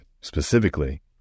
specifically